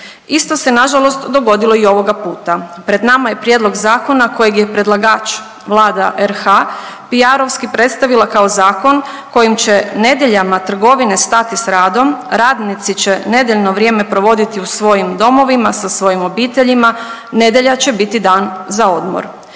Isto se nažalost dogodilo i ovoga puta. Pred nama je prijedlog zakona kojega je predlagač Vlada RH PR-ovski predstavila kao zakon kojim će nedjeljama trgovine stati s radom, radnici će nedjeljno vrijeme provoditi u svojim domovima sa svojim obiteljima, nedjelja će biti dan za odmor